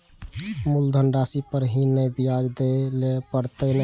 मुलधन राशि पर ही नै ब्याज दै लै परतें ने?